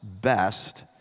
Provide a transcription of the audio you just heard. best